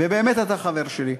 ובאמת אתה חבר שלי.